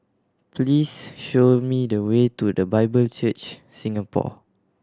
please show me the way to The Bible Church Singapore